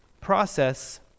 process